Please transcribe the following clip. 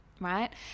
right